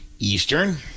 Eastern